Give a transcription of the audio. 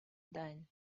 done